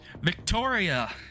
Victoria